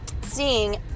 seeing